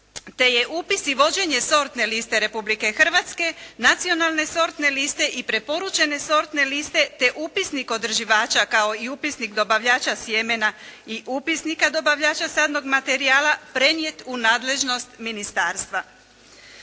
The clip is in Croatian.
te je upis i vođenje sortne liste Republike Hrvatske, nacionalne sortne liste i preporučene sortne liste, te upisnik održivača, kao i upisnik dobavljača sjemena i upisnika dobavljača sadnog materijala prenijet u nadležnost ministarstva.